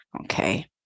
Okay